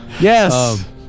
Yes